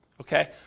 Okay